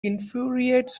infuriates